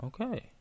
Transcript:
okay